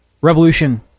revolution